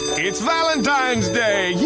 it's valentine's day!